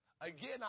Again